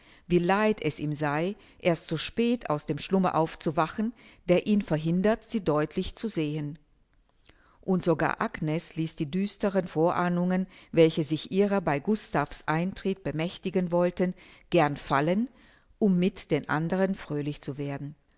wie leid es ihm sei erst so spät aus dem schlummer aufzuwachen der ihn verhindert sie deutlich zu sehen und sogar agnes ließ die düsteren vorahnungen welche sich ihrer bei gustav's eintritt bemächtigen wollten gern fallen um mit den andern fröhlich zu werden